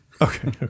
okay